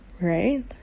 right